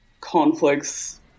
conflicts